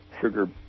sugar